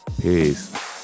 Peace